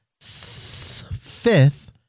fifth